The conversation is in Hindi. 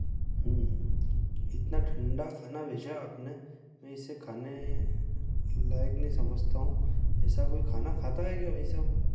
इतना ठंडा खाना भेजा आपने मैं इसे खाने लायक नहीं समझता हूँ ऐसा कोई खाना खाता है क्या भाई साहब